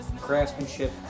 craftsmanship